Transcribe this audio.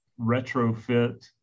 retrofit